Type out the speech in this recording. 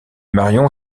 marion